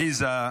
עליזה,